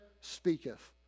speaketh